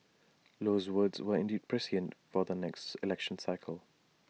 Low's words were indeed prescient for the next election cycle